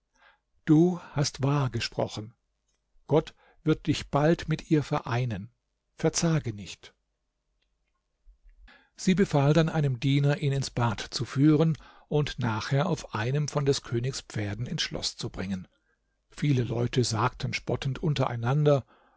du hast wahr gesprochen gott wird dich bald mit ihr vereinen verzage nicht sie befahl dann einem diener ihn ins bad zu führen und nachher auf einem von des königs pferden ins schloß zu bringen viele leute sagten spottend untereinander